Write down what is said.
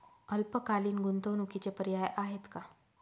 अल्पकालीन गुंतवणूकीचे पर्याय आहेत का?